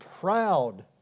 proud